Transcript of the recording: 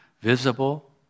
visible